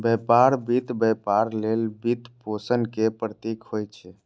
व्यापार वित्त व्यापार लेल वित्तपोषण के प्रतीक होइ छै